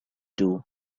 two